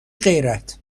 غیرت